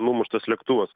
numuštas lėktuvas